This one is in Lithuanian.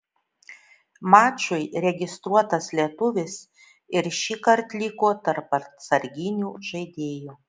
mačui registruotas lietuvis ir šįkart liko tarp atsarginių žaidėjų